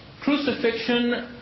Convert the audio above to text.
crucifixion